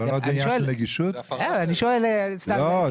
אני שואל סתם כדוגמה.